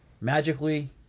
magically